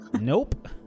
Nope